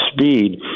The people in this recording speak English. speed